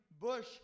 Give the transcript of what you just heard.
bush